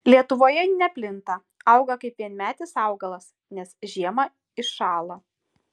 lietuvoje ji neplinta auga kaip vienmetis augalas nes žiemą iššąla